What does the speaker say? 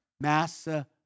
Massa